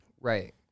Right